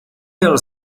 jel